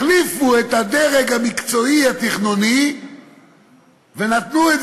החליפו את הדרג המקצועי התכנוני ונתנו את